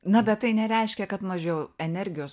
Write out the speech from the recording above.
na bet tai nereiškia kad mažiau energijos